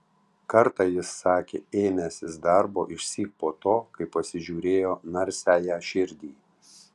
kartą jis sakė ėmęsis darbo išsyk po to kai pasižiūrėjo narsiąją širdį